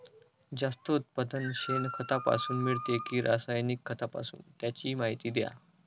जास्त उत्पादन शेणखतापासून मिळते कि रासायनिक खतापासून? त्याची माहिती द्या